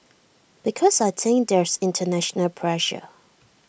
because I think there's International pressure